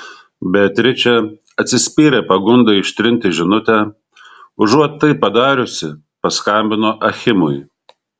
beatričė atsispyrė pagundai ištrinti žinutę užuot tai padariusi paskambino achimui